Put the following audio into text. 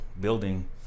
building